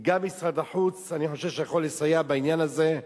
גם משרד החוץ, אני חושב, יכול לסייע בעניין הזה,